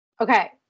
Okay